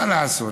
מה לעשות,